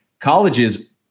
colleges